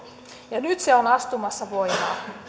nyt se on astumassa voimaan